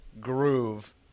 groove